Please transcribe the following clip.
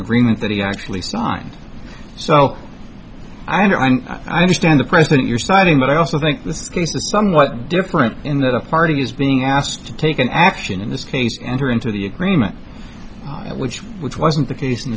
agreement that he actually signed so i understand the president you're citing but i also think this case is somewhat different in that a party is being asked to take an action in this case enter into the agreement which which wasn't the case